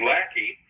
Lackey